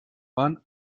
waren